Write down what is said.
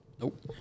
Nope